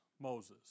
Moses